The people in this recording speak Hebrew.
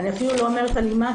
אני אפילו לא אומרת אלימה,